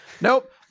nope